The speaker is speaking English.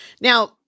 Now